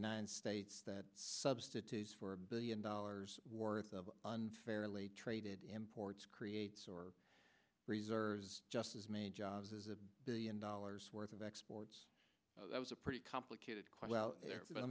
states that substitutes for a billion dollars worth of unfairly traded imports creates or reserves just as many jobs as a billion dollars worth of exports that was a pretty complicated quite well